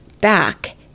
back